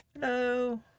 Hello